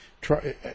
try